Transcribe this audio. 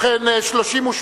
בעד, 38,